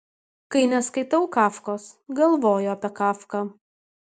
kai neskaitau kafkos galvoju apie kafką